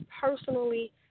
personally